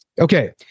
Okay